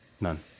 None